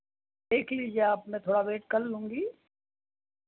देख लीजिए आप मैं थोड़ा वेट कर लूँगी